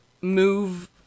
move